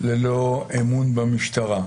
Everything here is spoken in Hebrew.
ללא אמון במשטר.